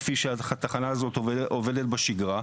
כפי שהתחנה הזאת עובדת בשגרה.